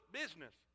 business